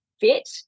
fit